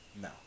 No